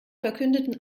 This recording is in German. verkündeten